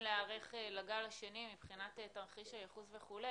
להיערך לגל השני מבחינת תרחיש הייחוס וכולי.